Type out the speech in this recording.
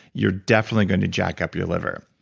you're definitely going to jack up your liver.